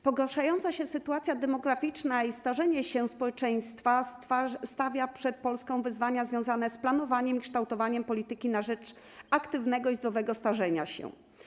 Pogarszająca się sytuacja demograficzna i starzenie się społeczeństwa stawiają przed Polską wyzwania związane z planowaniem i kształtowaniem polityki na rzecz aktywnego i zdrowego starzenia się.